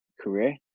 career